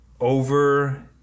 over